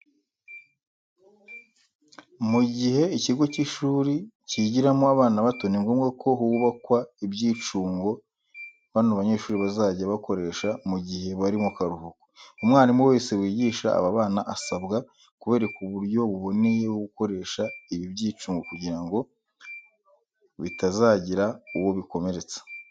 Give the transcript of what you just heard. Mu gihe ikigo cy'ishuri cyigiramo abana bato, ni ngombwa ko hubakwa ibyicungo bano banyeshuri bazajya bakoresha mu gihe bari mu karuhuko. Umwarimu wese wigisha aba bana asabwa kubereka uburyo buboneye bwo gukoresha ibi byicungo kugira ngo bitazagira uwo bikomeretsa.